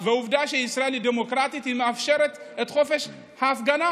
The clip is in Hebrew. ועובדה שישראל היא דמוקרטית והיא מאפשרת את חופש ההפגנה.